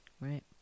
Right